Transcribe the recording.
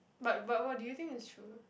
but but what do you think is true